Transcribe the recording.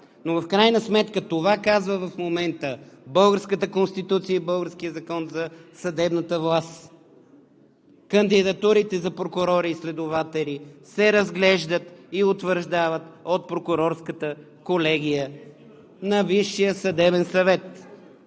Но в крайна сметка това казва в момента българската Конституция и българския Закон за съдебната власт – кандидатурите за прокурори и следователи се разглеждат и утвърждават от Прокурорската колегия на Висшия съдебен съвет.